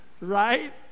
right